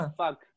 fuck